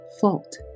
fault